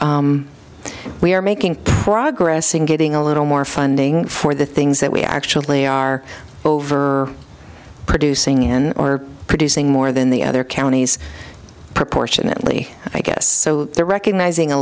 so we're making progress in getting a little more funding for the things that we actually are over producing in or producing more than the other counties proportionately i guess so they're recognizing a